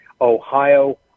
Ohio